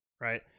right